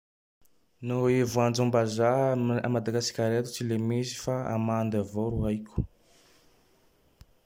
Naho i voanjombazaha a Madagasikara eto tsy le misy fa amandy avao ro haiko.